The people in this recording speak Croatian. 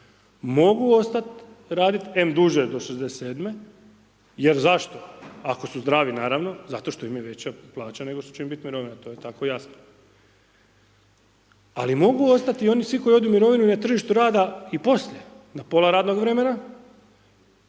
mogu ostat radit, em duže do 67 jer zašto ako su zdravi naravno zato što imaju veće plaće nego što će im biti mirovine to je tako jasno, ali mogu ostati i oni svi koji odu u mirovinu i na tržištu rada i poslije, na pola radnog vremena,